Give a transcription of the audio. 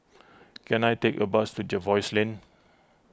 can I take a bus to Jervois Lane